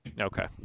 Okay